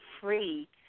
free